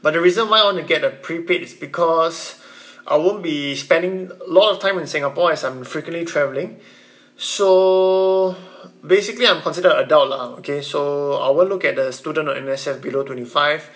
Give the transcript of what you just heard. but the reason why I wanna get a prepaid is because I won't be spending a lot of time in singapore as I'm frequently travelling so basically I'm considered an adult lah okay so I won't look at the student or N_S_F below twenty five